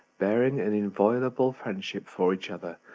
bearing an inviolable friendship for each other,